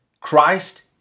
Christ